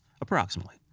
approximately